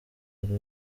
iri